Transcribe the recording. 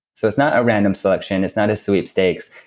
so it's not a random selection, it's not a sweepstakes,